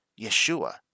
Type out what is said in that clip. Yeshua